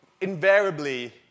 invariably